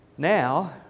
Now